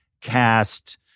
cast